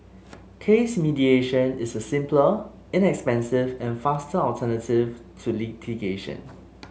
case mediation is a simpler inexpensive and faster alternative to litigation